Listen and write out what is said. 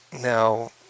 Now